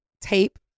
tape